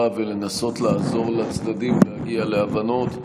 ולנסות לעזור לצדדים להגיע להבנות.